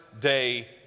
day